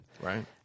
Right